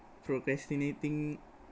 procrastinating